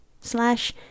slash